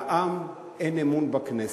לעם אין אמון בכנסת.